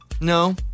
No